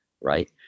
right